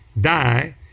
die